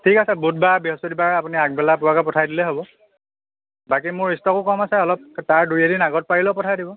ঠিক আছে বুধবাৰে বৃহস্পতিবাৰে আপুনি আগবেলা পোৱাকৈ পঠাই দিলে হ'ব বাকী মোৰ ষ্টকো কম আছে অলপ তাৰ দুই এদিন আগত পাৰিলেও পঠাই দিব